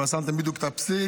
אבל שמתם בדיוק את הפסיק,